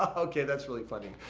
ah okay that's really funny.